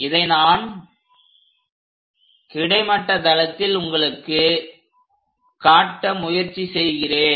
இதை நான் கிடைமட்ட தளத்தில் உங்களுக்கு காட்ட முயற்சி செய்கிறேன்